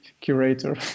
curator